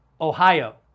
Ohio